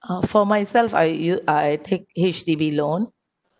uh for myself I you I take H_D_B loan